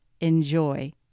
enjoy